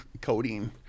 Codeine